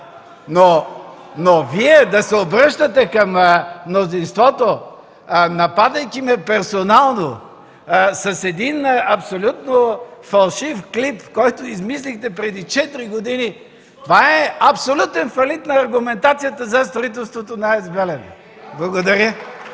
Но да се обръщате към мнозинството, нападайки ме персонално с един абсолютно фалшив клип, който измислихте преди 4 години, това е абсолютен фалит на аргументацията за строителството на АЕЦ „Белене”. Благодаря.